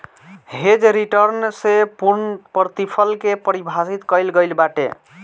hedge return से पूर्णप्रतिफल के पारिभाषित कईल गईल बाटे